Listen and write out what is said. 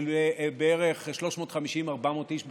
של בערך 350, 400 איש בשנה,